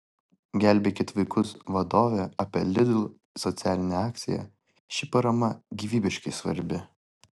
gelbėkit vaikus vadovė apie lidl socialinę akciją ši parama gyvybiškai svarbi